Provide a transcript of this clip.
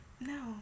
No